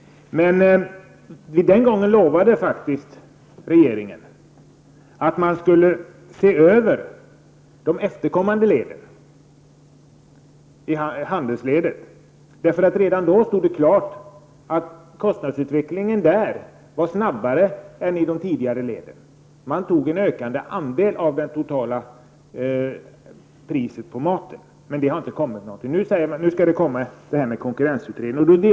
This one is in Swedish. Den gången lovade regeringen att man skulle se över det följande ledet, dvs. handeln. Redan då stod det klart att kostnadsutvecklingen där varit snabbare än i de tidigare leden. Handeln hade tagit hand om en ökad andel av det totala priset på maten. Nu säger jordbruksministern att konkurrensutredningen skall komma.